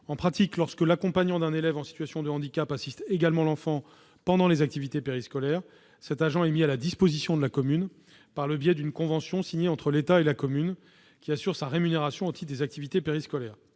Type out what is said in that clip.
En pratique, lorsque l'accompagnant d'un élève en situation de handicap assiste également l'enfant pendant les activités périscolaires, il est mis à la disposition de la commune par le biais d'une convention signée entre l'État et la commune, qui assure sa rémunération au titre des activités périscolaires.